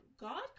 God